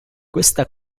questa